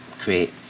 create